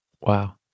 Wow